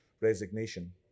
resignation